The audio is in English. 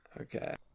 Okay